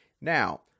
Now